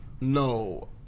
No